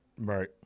Right